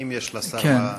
האם יש לשר מה להוסיף?